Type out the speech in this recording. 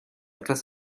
etwas